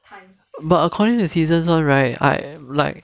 but according to seasons [one] right I like